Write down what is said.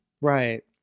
Right